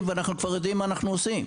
ואנחנו כבר יודעים מה אנחנו עושים.